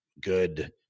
good